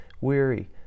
weary